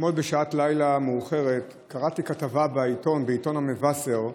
אתמול בשעת לילה מאוחרת קראתי כתבה בעיתון המבשר,